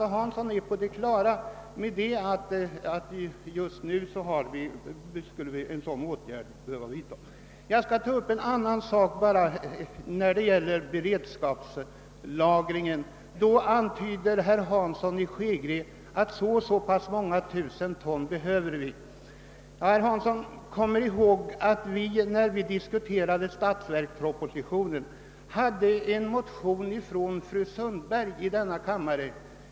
Herr Hansson är på det klara med att sådana åtgärder behöver vidtas nu. Jag skall ta upp också en annan sak, nämligen <beredskapslagringen. Herr Hansson i Skegrie antydde att vi behöver ett visst antal tusen ton. Herr Hansson kommer ihåg att vi, när vi diskuterade statsverkspropositionen, behandlade en motion av fru Sundberg i denna kammare.